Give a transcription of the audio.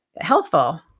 helpful